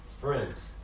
Friends